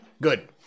Good